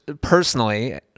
personally